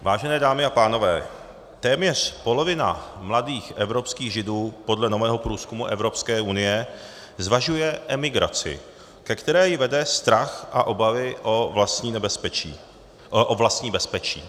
Vážené dámy a pánové, téměř polovina mladých evropských Židů podle nového průzkumu Evropské unie zvažuje emigraci, ke které ji vede strach a obavy o vlastní bezpečí.